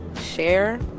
share